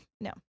no